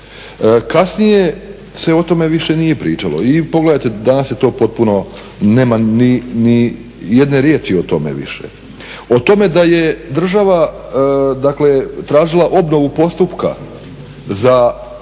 Kasnije se o tome više nije pričalo. I pogledajte, danas je to potpuno, nema ni jedne riječi o tome više. O tome da je država, dakle tražila obnovu postupka za i sve